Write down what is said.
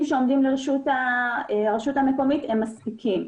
שעומדים לרשות הראשות המקומית מספיקים.